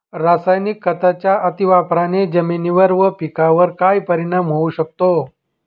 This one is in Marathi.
रासायनिक खतांच्या अतिवापराने जमिनीवर व पिकावर काय परिणाम होऊ शकतो?